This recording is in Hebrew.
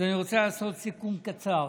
אז אני רוצה לעשות סיכום קצר